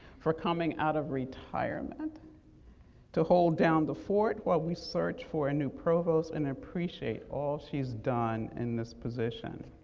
for coming out of retirement to hold down the fort while we search for a new provost and appreciate all she's done in this position.